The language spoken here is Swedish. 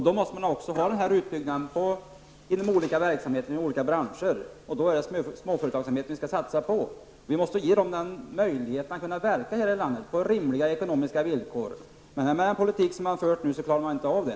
Då måste också en utbyggnad göras inom olika verksamheter inom olika branscher. Vi måste då satsa på småföretagsamheten. Vi måste ge företagen en möjlighet att verka här i landet på rimliga ekonomiska villkor. Med den politik som har förts nu klarar man inte av det.